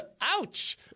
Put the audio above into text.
Ouch